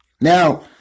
Now